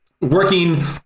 working